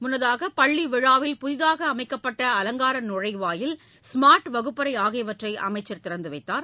முன்னதாக பள்ளி விழாவில் புதிதாக அமைக்கப்பட்ட அலங்கார நுழைவாயில் ஸ்மார்ட் வகுப்பறை ஆகியவற்றை அமைச்சர் திறந்து வைத்தார்